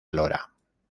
lora